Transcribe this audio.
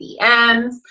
dms